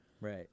Right